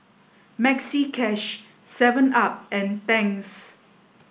Maxi Cash Seven up and Tangs